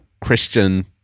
Christian